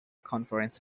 conference